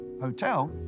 hotel